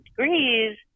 degrees